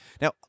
Now